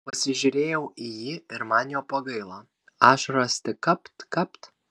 pasižiūrėjau į jį ir man jo pagailo ašaros tik kapt kapt